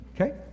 okay